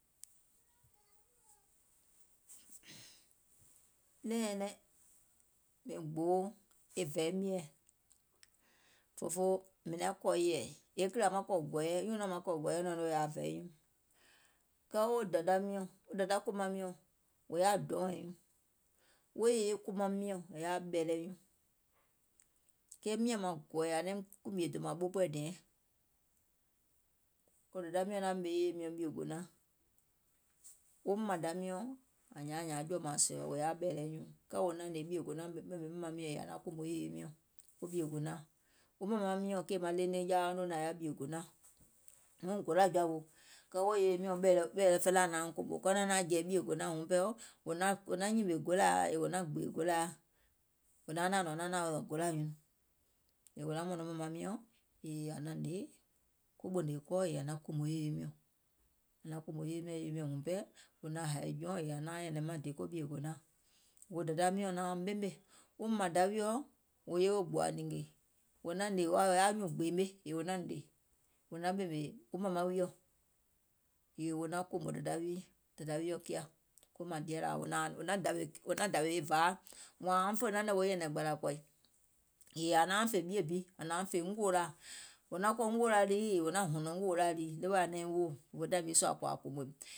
Nɛ̀ɛŋ nyɛnɛŋ mìŋ gboo vɛi mieɛ̀ fòfoo mìŋ naŋ kɔ̀ yɛ̀ɛ̀ kìlȧ maŋ kɔ̀ gɔɔyɛ, nyùnɔ̀ɔŋ maŋ kɔ̀ gɔɔyɛ nɛ̀ɛ̀ŋ noo wɔ̀ yaȧ vɛi nyuuŋ, kɛɛ wo dȧda miɔ̀ŋ, wo dȧda kòmaŋ miɔ̀ŋ wò yaȧ dɔnwɛ̀iŋ nyuuŋ, wo yèye kòmaŋ miɔ̀ŋ wò yaȧ bɛ̀ɛ̀lɛ nyuuŋ, kɛɛ miȧŋ maŋ gɔ̀ɔ̀yɛ̀ ȧŋ naim kùmìe dòmȧŋ ɓoopoɛ̀ diɛŋ, wo dèda miɔ̀ŋ naŋ ɓèmè yèye miɔ̀ŋ ɓìègònaȧŋ, wo mȧmȧŋda miɔ̀ŋ ȧŋ nyȧauŋ nyȧȧŋ jɔ̀mȧŋsɛ̀ɛ̀ɔ, wò yaȧ ɓɛ̀ɛ̀lɛ nyuuŋ, kɛɛ wò naŋ hnè ɓìègònaȧŋ yèè wo naŋ ɓèmè mȧmaŋ miɔ̀ŋ yèè ȧŋ naŋ kòmò yèye miɔ̀ŋ ko ɓìègònaȧŋ, mȧmaŋ kèèmaŋ ɗeinɗeiŋ jawaauŋ noo nȧŋ yaȧ ɓìègònaȧŋ, huŋ golȧ jɔa wò, kɛɛ wo yèye miɔ̀ŋ ɓɛ̀ɛ̀lɛ felaa nauŋ kòmò kɛɛ wò naȧŋ jèè ɓìègònaȧŋ huŋ ɓɛɛ wò naŋ nyìmè golȧa yèè wò naŋ gbèè golȧa, wò naaŋ naȧŋ nɔ̀ŋ wò naŋ naȧŋ nɔ̀ŋ gòlȧ nyuuŋ, yèè wò naŋ mɔ̀nɔ̀ŋ mȧmaŋ miɔ̀ŋ yèè ȧŋ naŋ hnè ko ɓònèèkɔɔ̀ yèè ȧŋ naŋ kòmò yèye miɔ̀ŋ, ȧŋ naŋ kòmò yèye miɔ̀ŋ huŋ ɓɛɛ wò naŋ hȧì jɔùŋ yèè aŋ nauŋ nyɛ̀nɛ̀ŋ maŋ di ko ɓìègònaȧŋ, wo dèda miɔ̀ŋ nauŋ ɓemè, wo mȧmȧŋda wiɔ̀ wò yewe gbòwȧȧ nìngè, wò naŋ hnè wa wò yaȧ nyuùŋ gbèème, wò naŋ ɓèmè wo mȧmaŋ wiɔ̀ yèè wò nȧŋ kòmò dȧda wi, dèda wiɔ̀ kiȧ ko mȧŋdiȧlȧ, nȧȧŋ wò naŋ dàwè e vȧa wȧȧŋ auŋ fè nanɛ̀ŋ wo nyɛ̀nɛ̀ŋ gbȧlȧ kɔ̀ì, yèè aŋ nauŋ fè ɓie bi, ȧŋ nauŋ fè ngòòlaȧ, wò naŋ kɔ̀ ngòòlaȧ, lii yèè wò naŋ hɔ̀nɔ̀ŋ ngòòlaȧ lii ɗeweɛ̀ ȧŋ naiŋ woò òfoo taìŋ nii sùȧ kòò ȧŋ kòmòìm.